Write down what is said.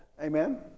Amen